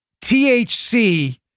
THC